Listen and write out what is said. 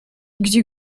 gdzie